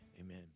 amen